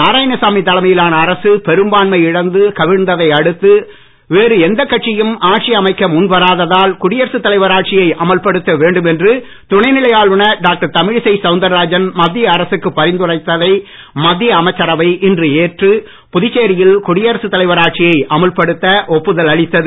நாராயணசாமி தலைமையிலான அரசு பெருபான்மை இழந்து கவிழ்ந்ததை அடுத்த வேறு எந்த கட்சியும் ஆட்சி அமைக்க முன் வராததால் குடியரசுத் தலைவர் ஆட்சியை அமல்படுத்த வேண்டும் என்று துணைநிலை ஆளுநர் டாக்டர் தமிழிசை சவுந்தரராஜன் மத்திய அரசுக்கு பரிந்துரைத்ததை மத்திய அமைச்சரவை இன்று எற்று புதுச்சேரியில் குடியரத் தலைவர் ஆட்சியை அமுல் படுத்த ஒப்புதல் அளித்தது